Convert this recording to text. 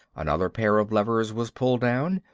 another pair of levers was pulled down,